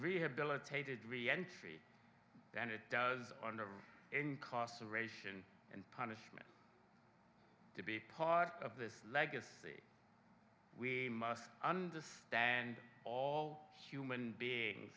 rehabilitated re entry than it does under of incarceration and punishment to be part of this legacy we must understand all human being